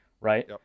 right